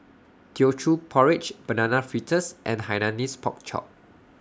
Teochew Porridge Banana Fritters and Hainanese Pork Chop